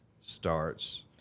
starts